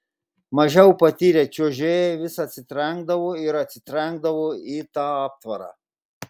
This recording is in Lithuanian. mažiau patyrę čiuožėjai vis atsitrenkdavo ir atsitrenkdavo į tą aptvarą